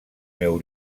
meu